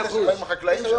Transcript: את החקלאים שלנו.